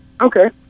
okay